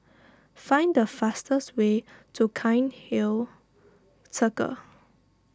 find the fastest way to Cairnhill Circle